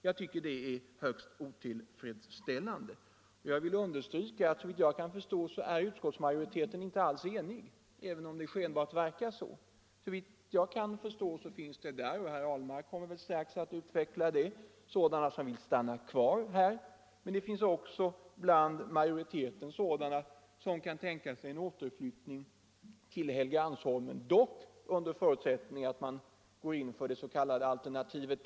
Jag tycker att det är högst otillfredsställande. Jag vill understryka att utskottsmajoriteten såvitt jag kan förstå inte alls är enig, även om det verkar så. Bland utskottsmajoriteten finns det — herr Ahlmark kommer väl strax att utveckla den saken — sådana som vill stanna kvar här och sådana som kan tänka sig en återflyttning till Helgeandsholmen, dock under förutsättning att man går in för vad som kallas för alternativ 1.